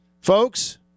folks